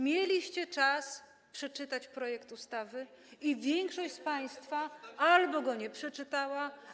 Mieliście czas przeczytać projekt ustawy i większość z państwa albo go nie przeczytała.